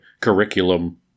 curriculum